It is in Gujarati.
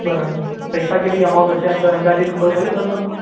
બરાબર પૈસા કેટલી અમાઉન્ટ હશે અંદર અંદાજીત એ ખબર ખરી સર તમને